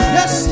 Yes